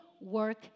work